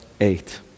eight